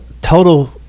total